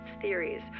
theories